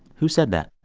who said that?